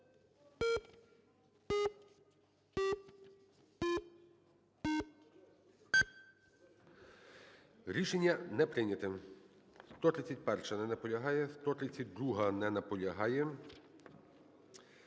Рішення не прийнято. 131-а. Не наполягає. 132-а. Не наполягає.